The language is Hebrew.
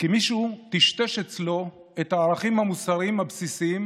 מישהו טשטש אצלו את הערכים המוסריים הבסיסיים